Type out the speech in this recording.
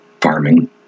farming